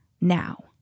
now